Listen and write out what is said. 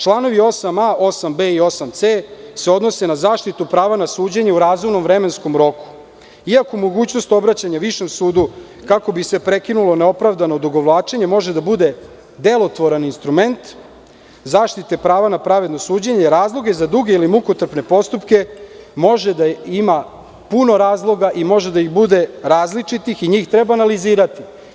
Članovi 8a,b,c se odnose na zaštitu prava na suđenje u razumnom vremenskom roku, iako mogućnost obraćanja višem sudu kako bi se prekinulo neopravdano odugovlačenje može da bude delotvoran instrument zaštite prava na pravedno suđenje, razloge za duge i mukotrpne postupke, može da ima puno razloga i može da ih bude različitih i njih treba analizirati.